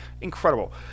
Incredible